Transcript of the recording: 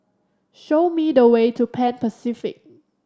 show me the way to Pan Pacific